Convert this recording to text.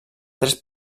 tres